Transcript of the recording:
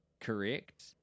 Correct